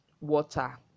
water